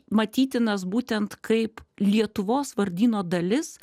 matytinas būtent kaip lietuvos vardyno dalis